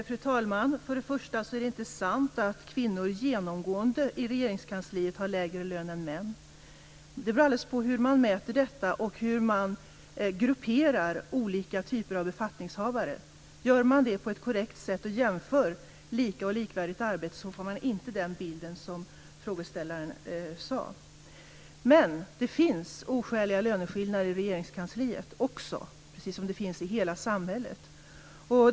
Fru talman! Först och främst är det inte sant att kvinnor genomgående i Regeringskansliet har lägre lön än män. Det beror alldeles på hur man mäter och hur man grupperar olika typer av befattningshavare. Gör man det på ett korrekt sätt, och jämför lika och likvärdigt arbete, så får man inte den bild som frågeställaren gav. Men det finns oskäliga löneskillnader i Regeringskansliet också, precis som det gör i hela samhället.